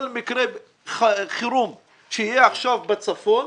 כל מקרה חירום שיהיה עכשיו בצפון,